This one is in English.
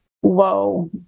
whoa